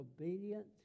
obedient